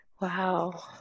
Wow